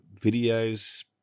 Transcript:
videos